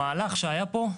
המהלך שהיה פה,